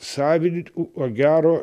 sąvininkų ko gero